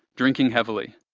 drinking heavily,